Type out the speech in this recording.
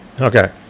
Okay